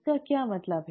इसका क्या मतलब है